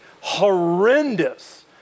horrendous